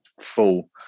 full